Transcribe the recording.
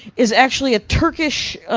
is actually a turkish,